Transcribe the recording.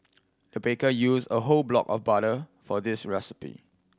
the baker used a whole block of butter for this recipe